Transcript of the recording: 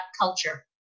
culture